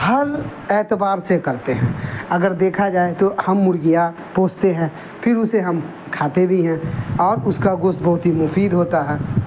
ہر اعتبار سے کرتے ہیں اگر دیکھا جائے تو ہم مرغیاں پوستے ہیں پھر اسے ہم کھاتے بھی ہیں اور اس کا گوشت بہت ہی مفید ہوتا ہے